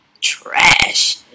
trash